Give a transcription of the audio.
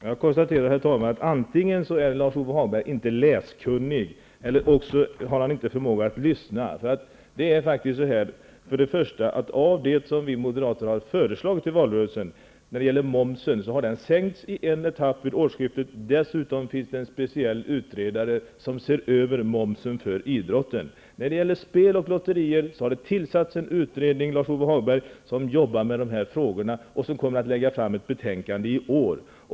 Herr talman! Jag konstaterar att antingen är Lars Ove Hagberg inte läskunnig eller också har han inte förmåga att lyssna. I valrörelsen krävde vi Moderater att momsen skulle sänkas. Det har nu skett i en första etapp vid årsskiftet. Dessutom finns det en speciell utredning som ser över momsen för idrotten. När det gäller spel och lotterier har det också tillsatts en utredning som jobbar med frågorna och som kommer att lägga fram ett betänkande i år.